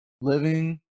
living